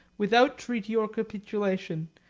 without treaty or capitulation,